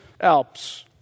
Alps